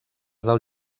del